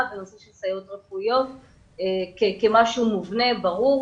בנושא סייעות רפואיות כמשהו מובנה וברור,